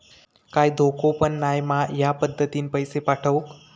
काय धोको पन नाय मा ह्या पद्धतीनं पैसे पाठउक?